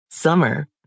summer